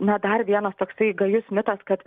na dar vienas toksai gajus mitas kad